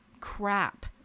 crap